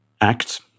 Act